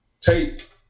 take